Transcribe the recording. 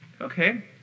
okay